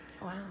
Wow